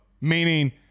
meaning